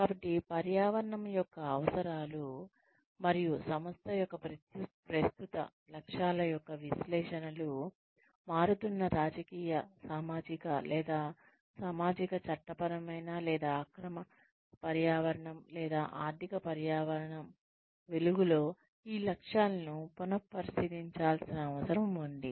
కాబట్టి పర్యావరణం యొక్క అవసరాలు మరియు సంస్థ యొక్క ప్రస్తుత లక్ష్యాల యొక్క విశ్లేషణలు మారుతున్న సామాజిక రాజకీయ లేదా సామాజిక చట్టపరమైన లేదా అక్రమ పర్యావరణం లేదా ఆర్థిక పర్యావరణం వెలుగులో ఈ లక్ష్యాలను పునః పరిశీలించాల్సిన అవసరం ఉంది